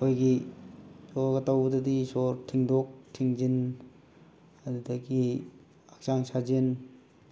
ꯑꯩꯈꯣꯏꯒꯤ ꯌꯣꯒꯥ ꯇꯧꯕꯗꯗꯤ ꯁꯣꯔ ꯊꯤꯡꯗꯣꯛ ꯊꯤꯡꯖꯤꯟ ꯑꯗꯨꯗꯒꯤ ꯍꯛꯆꯥꯡ ꯁꯥꯖꯦꯟ